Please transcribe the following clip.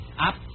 Up